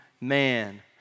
man